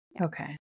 Okay